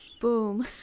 Boom